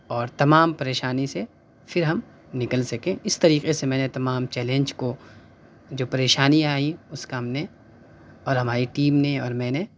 اور تمام پریشانی سے پھر ہم نکل سکے اِس طریقے سے میں نے تمام چیلنج کو جو پریشانیاں آئیں اُس کا ہم نے اور ہماری ٹیم نے اور میں نے